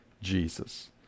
Jesus